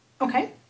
Okay